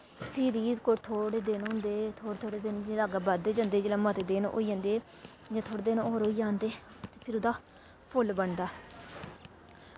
फ्हिरी कोई थोह्ड़े दिन होंदे थोह्ड़े थोह्ड़े दिन जि'यां अग्गें बधदे जंदे जिल्लै मते दिन होई जंदे जि'यां थोह्ड़े दिन होर होई जान ते फिर ओह्दा फुल्ल बनदा